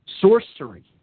Sorcery